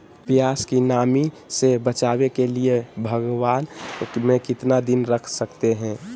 प्यास की नामी से बचने के लिए भगवान में कितना दिन रख सकते हैं?